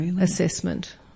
assessment